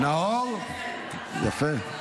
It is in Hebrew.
אוה, נאור, יפה.